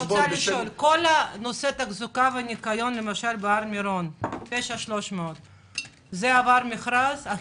כל נושא התחזוקה והניקיון בהר מירון עבר מכרז?